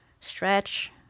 Stretch